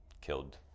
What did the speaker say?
killed